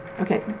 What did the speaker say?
okay